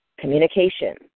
communication